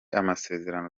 amasezerano